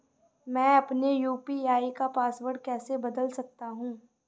मैं अपने यू.पी.आई का पासवर्ड कैसे बदल सकता हूँ?